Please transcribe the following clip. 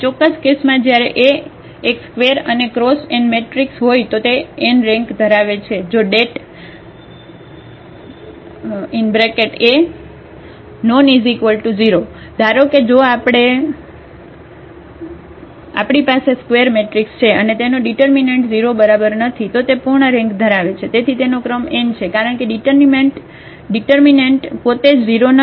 કોઈ ચોક્કસ કેસમાં જ્યારે A એક square n cross n matrix હોય તો તે n રેન્ક ધરાવે છે જો det A 0 ધારો કે જો આપણી પાસે સ્ક્વેર મેટ્રિક્સ છે અને તેનો ડિટર્મિનન્ટ 0 બરાબર નથી તો તે પૂર્ણ રેન્ક ધરાવે છે તેથી તેનો ક્રમ n છે કારણ કે ડિટર્મિનન્ટ પોતે જ 0 નથી